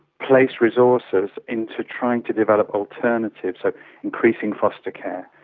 place resources into trying to develop alternatives, so increasing foster care,